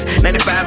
95